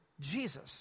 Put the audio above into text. Jesus